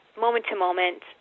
moment-to-moment